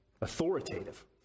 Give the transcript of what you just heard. authoritative